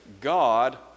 God